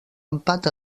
empat